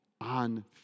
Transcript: on